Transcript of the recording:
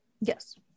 Yes